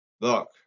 Look